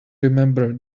remember